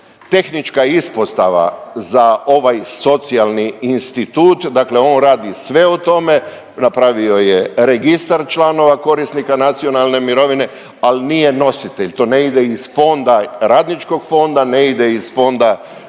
tehnička ispostava a ovaj socijalni institut, dakle on radi sve o tome, napravio je registar članova korisnika nacionalne mirovine, ali nije nositelj, to ne ide iz fonda, radničkog fonda, ne ide iz fonda